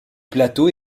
plateau